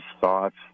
thoughts